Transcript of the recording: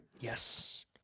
Yes